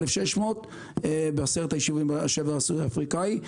1,600 ב-10 היישובים בשבר הסורי-אפריקני.